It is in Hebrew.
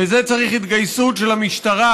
לזה צריך התגייסות של המשטרה.